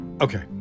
Okay